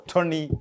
Tony